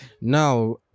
Now